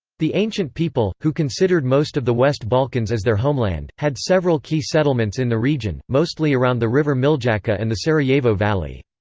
the ancient people, who considered most of the west balkans as their homeland, had several key settlements in the region, mostly around the river miljacka and the sarajevo valley.